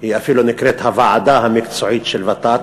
היא אפילו נקראת "הוועדה המקצועית של ות"ת".